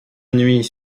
nuit